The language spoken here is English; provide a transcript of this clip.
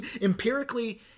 Empirically